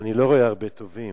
אני לא רואה הרבה טובים.